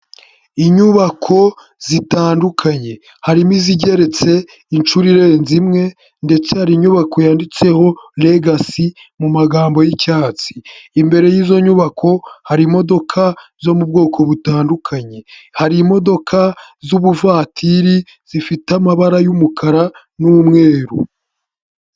Inyubako zitandukanye, harimo izigeretse inshuro irenze imwe ndetse hari inyubako yanditseho regasi mu magambo y'icyatsi, imbere y'izo nyubako hari imodoka zo mu bwoko butandukanye, hari imodoka z'ubuvatiri zifite amabara y'umukara n'umweru.